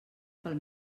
pel